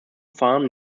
farm